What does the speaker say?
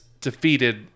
defeated